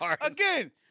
again